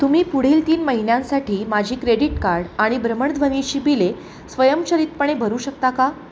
तुम्ही पुढील तीन महिन्यांसाठी माझी क्रेडिट कार्ड आणि भ्रमणध्वनीची बिले स्वयंचलितपणे भरू शकता का